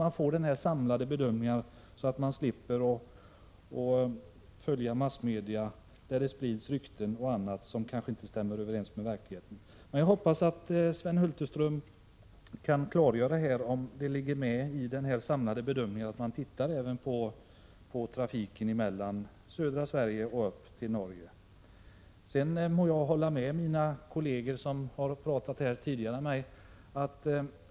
Det bör ske en samlad bedömning, så att man slipper att via massmedia få del av rykten som inte stämmer överens med verkligheten. Jag hoppas att Sven Hulterström kan klargöra om det i den samlade bedömningen skall ingå en bedömning även av trafiken från södra Sverige och upp till Norge. Jag må sedan på en punkt hålla med mina kolleger, som talat tidigare i debatten.